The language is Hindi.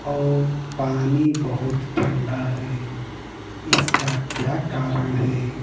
और पानी बहुत ठंडा है इसका क्या कारण है